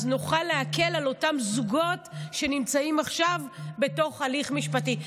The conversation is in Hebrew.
נוכל להקל על אותם זוגות שנמצאים עכשיו בתוך הליך משפטי,